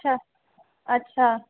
अच्छा अच्छा